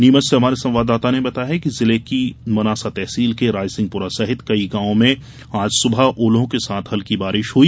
नीमच से हमारे संवाददाता ने बताया है कि जिले की मनासा तहसील के रायसिंहपुरा सहित कई गांवों में आज सुबह ओलों के साथ हल्की बारिश हुई